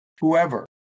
whoever